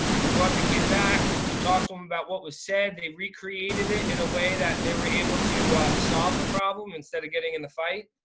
we brought the kid back. we talked to em about what was said. they recreated it in a way that they were able to solve the problem instead of getting in the fight,